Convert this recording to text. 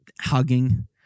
hugging